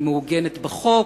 היא מעוגנת בחוק,